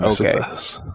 Okay